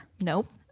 nope